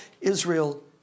Israel